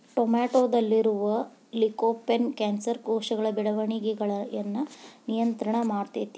ಟೊಮೆಟೊದಲ್ಲಿರುವ lycopene cancer ಕೋಶಗಳ ಬೆಳವಣಿಗಯನ್ನ ನಿಯಂತ್ರಣ ಮಾಡ್ತೆತಿ